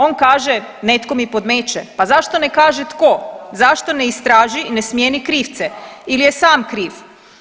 On kaže netko mi podmeće, pa zašto ne kaže tko, zašto ne istraži i ne smjeni krivce il je sam kriv.